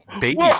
baby